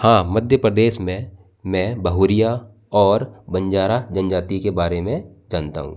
हाँ मध्य प्रदेश में मैं बहुरिया और बंजारा जनजाति के बारे में जानता हूँ